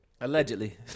Allegedly